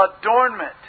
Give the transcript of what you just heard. adornment